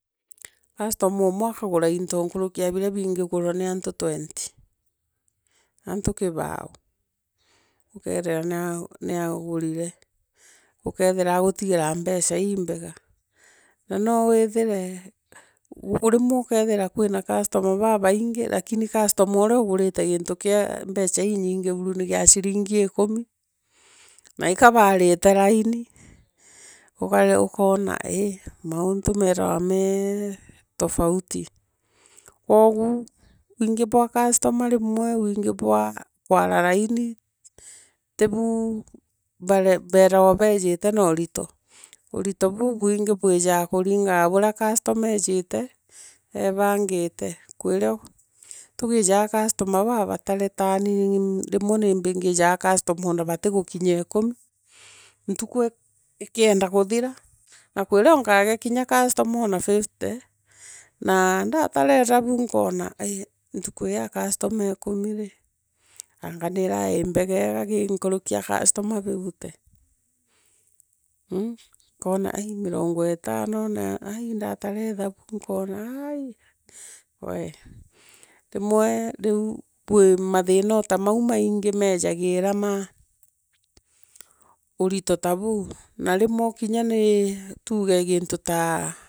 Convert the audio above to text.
Customer omwe akagura mto bibingi nkuruki e biria bikigurwa ni antu twenty. antu kibao. okeethira ni agurire. ukeethira aagutigira mbeca imbega. Na no withire rimwe ukethira kwina customer babangi rakini customer ura ugunte gintu kia mbeca linyingi bunu ni gia ikumi. na ika baarite raini. ukona ii mauntu meethawe mee. tofauti kwogu wingi bwa customer rimwe wingi bwa kudara raini. tibu beethawa boejite noorit. Unito bubuingi bwijaa kuringana na burea customer eejite eebangite. Kwirio twijaa customer babalore tani rimwe ni mbigijaa customer batigukinya ikumi. ntuku ikienda kuthira. na kwirio nkagea customer ona fifty. na ndatara ethabu nkona ntuku ii ya customer ikumi ri, anga niirari mbega kiriri e customer bebute mmh Ukona mirongo itano. na ai ndatara ithabu nkona aai we rimwe riu bwi mathira mau maingi meegagira ma unto ta bou na nimwe kimya tuuge gintu taa.